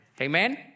Amen